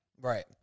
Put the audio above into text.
Right